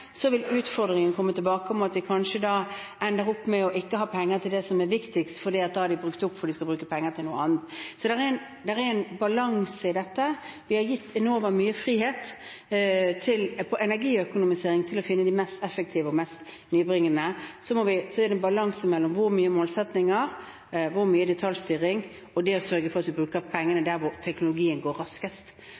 vil utfordringen komme tilbake ved at vi kanskje ender opp med ikke å ha penger til det som er viktigst, for de har brukt opp pengene på noe annet. Så det er en balanse i dette. Vi har gitt Enova mye frihet innen energiøkonomisering til å finne det mest effektive og nybringende, og så er det en balanse mellom hvor mange målsettinger, hvor mye detaljstyring og det å sørge for at vi bruker pengene der hvor teknologien går raskest.